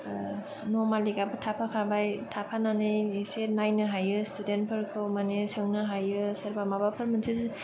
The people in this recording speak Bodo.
न' मालिकाबो थाफा खाबाय थाफानानै एसे नायनो हायो स्टुडेन्टफोरखौ माने सोंनोहायो सोरबा माबाफोर मोनसे